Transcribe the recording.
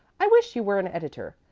i wish you were an editor.